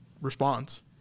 response